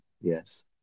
yes